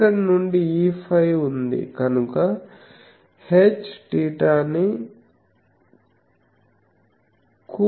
ఇక్కడి నుండి Eφ ఉంది కనుక Hθ ని కూడా ఉంటుంది